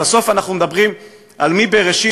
בסוף אנחנו מדברים על מבראשית,